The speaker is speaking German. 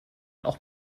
auch